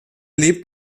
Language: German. lebt